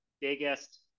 biggest